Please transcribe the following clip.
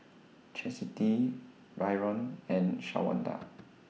Chastity Brion and Shawnda